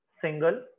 single